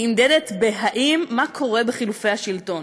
היא נמדדת במה קורה בחילופי השלטון.